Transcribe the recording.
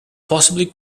possibly